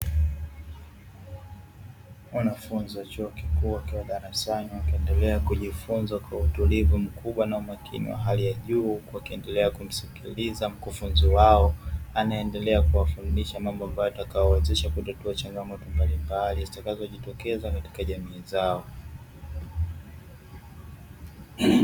Wanafunzi wa chuo kikuu wakiwa darasani wakiendelea kujifunza kwa utulivu mkubwa na umakini wa hali ya juu, huku wakiendelea kumsikiliza mkufunzi wao anaeendelea kuwafundisha mambo ambayo yatakayo wawezesha kutatua changamoto mbalimbali zitakazo jitokeza katika jamii zao.